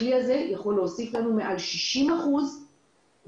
הכלי הזה יכול להוסיף לנו מעל 60% מהבידודים